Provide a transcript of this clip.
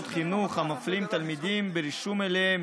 חינוך המפלים תלמידים ברישום אליהם